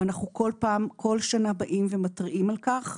אנחנו כל שנה באים ומתריעים על כך,